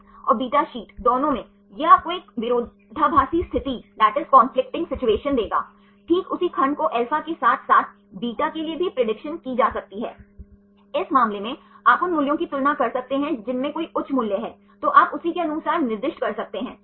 साथ ही Cα C सही उदाहरण के लिए यदि आप यह N Cα CN Cα CN Cα C करते हैं तो यहाँ आप देख सकते हैं CN यह पेप्टाइड बॉन्ड है